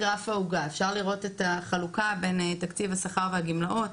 אפשר לראות את החלוקה בגרף בין תקציב השכר והגמלאות,